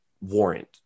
warrant